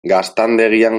gaztandegian